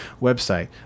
website